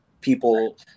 people